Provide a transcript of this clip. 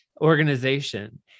organization